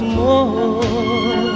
more